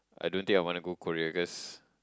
I don't think I wanna go Korea cause